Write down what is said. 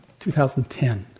2010